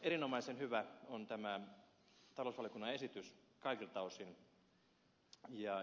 erinomaisen hyvä on tämä talousvaliokunnan esitys kaikilta osin